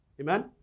Amen